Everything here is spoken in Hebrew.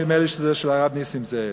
נדמה לי שזה של הרב נסים זאב.